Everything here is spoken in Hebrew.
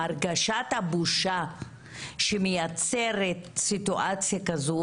הרגשת הבושה שמייצרת סיטואציה כזו,